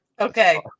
Okay